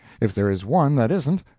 if there is one that isn't,